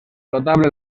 notable